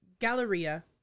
Galleria